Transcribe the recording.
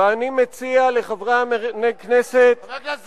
ואני מציע לחברי הכנסת, הסתכלת בראי הבוקר?